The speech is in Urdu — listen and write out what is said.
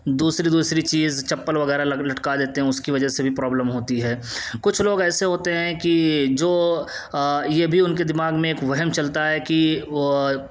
دوسری دوسری چیز چپل وغیرہ لٹکا دیتے ہیں اس کی وجہ سے بھی پرابلم ہوتی ہے کچھ لوگ ایسے ہوتے ہیں کہ جو یہ بھی ان کے دماغ میں ایک وہم چلتا ہے کہ وہ